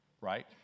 right